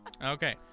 Okay